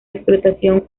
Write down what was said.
explotación